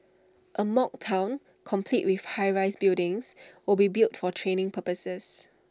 A mock Town complete with high rise buildings will be built for training purposes